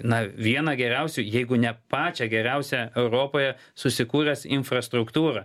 na vieną geriausių jeigu ne pačią geriausią europoje susikūręs infrastruktūrą